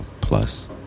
plus